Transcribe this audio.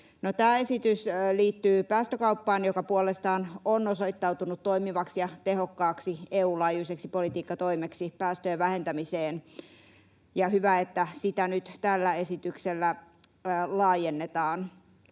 tämä esitys liittyy päästökauppaan, joka puolestaan on osoittautunut toimivaksi ja tehokkaaksi, EU-laajuiseksi politiikkatoimeksi päästöjen vähentämiseen, ja on hyvä, että sitä nyt tällä esityksellä laajennetaan.